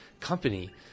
company